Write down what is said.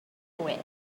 away